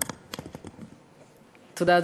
תודה.